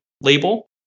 label